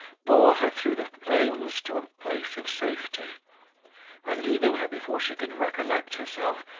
bore her through the flames to a place of safety where leaving her before she could recollect herself,